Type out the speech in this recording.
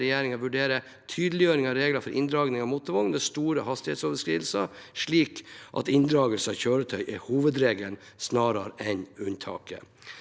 regjeringen vurdere tydeliggjøring av reglene for inndragning av motorvogn ved store hastighetsoverskridelser, slik at inndragelse av kjøretøy er hovedregelen snarere enn unntaket.